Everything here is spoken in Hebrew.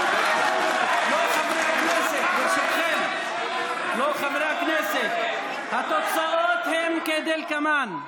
חברי הכנסת, ברשותכם, התוצאות הן כדלקמן: